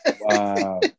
Wow